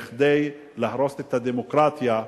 כדי להרוס את הדמוקרטיה,